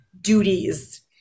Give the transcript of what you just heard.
duties